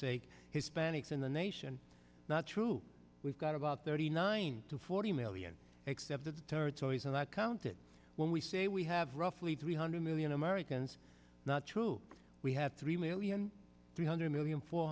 sake hispanics in the nation not true we've got about thirty nine to forty million except the territories and i counted when we say we have roughly three hundred million americans not true we have three million three hundred million four